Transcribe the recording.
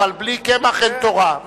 אבל בלי קמח אין תורה.